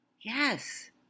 Yes